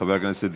חבר הכנסת דיכטר.